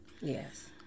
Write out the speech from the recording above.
Yes